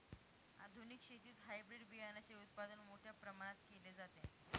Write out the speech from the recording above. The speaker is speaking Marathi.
आधुनिक शेतीत हायब्रिड बियाणाचे उत्पादन मोठ्या प्रमाणात केले जाते